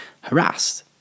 harassed